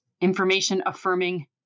information-affirming